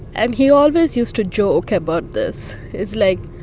and he always used to joke about this. it's like,